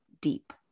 deep